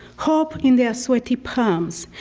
hope in their sweaty palms,